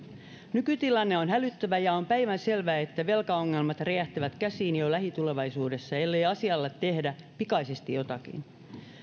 nykytilanne on hälyttävä ja on päivänselvää että velkaongelmat räjähtävät käsiin jo lähitulevaisuudessa ellei asialle tehdä pikaisesti jotakin